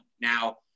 Now